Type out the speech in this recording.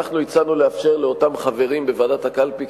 אנחנו הצענו לאפשר לאותם חברי בוועדת הקלפי,